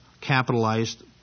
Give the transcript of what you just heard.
capitalized